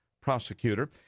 prosecutor